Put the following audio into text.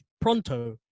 pronto